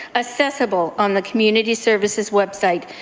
accessible on the community services website.